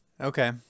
Okay